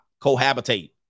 cohabitate